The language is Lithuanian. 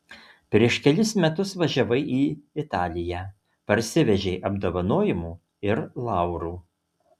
prieš kelis metus važiavai į italiją parsivežei apdovanojimų ir laurų